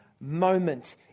moment